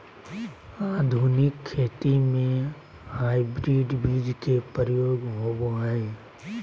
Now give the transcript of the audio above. आधुनिक खेती में हाइब्रिड बीज के प्रयोग होबो हइ